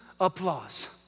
applause